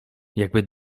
jakby